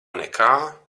nekā